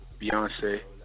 Beyonce